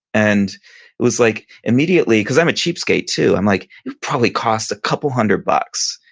and it was like, immediately, because i'm a cheapskate too. i'm like it probably costs a couple hundred bucks.